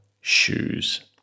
shoes